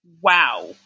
Wow